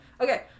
Okay